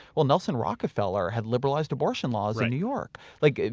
well, nelson rockefeller had liberalized abortion laws in new york. like